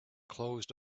closed